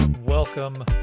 welcome